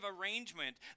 arrangement